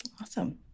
Awesome